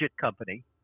Company